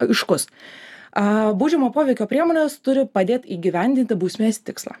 aiškus baudžiamo poveikio priemonės turi padėt įgyvendint bausmės tikslą